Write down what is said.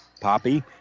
Poppy